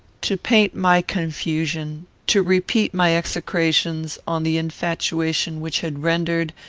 to paint my confusion, to repeat my execrations on the infatuation which had rendered,